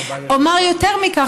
אומר יותר מכך,